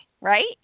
right